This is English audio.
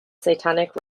satanic